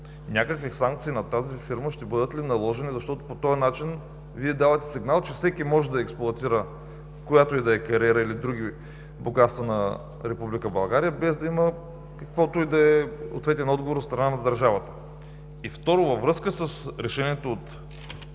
някакви санкции на тази фирма, защото по този начин Вие давате сигнал, че всеки може да експлоатира която и да е кариера или други богатства на Република България, без да има какъвто и да е ответен отговор от страна на държавата. Второ, във връзка с решението от